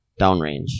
downrange